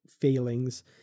failings